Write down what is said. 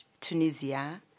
Tunisia